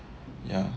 ya